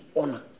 honor